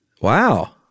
Wow